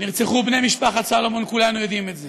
נרצחו בני משפחת סלומון, כולנו יודעים את זה.